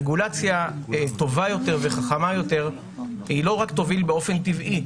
רגולציה טובה יותר וחכמה יותר לא רק תוביל באופן טבעי,